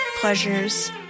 pleasures